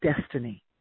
destiny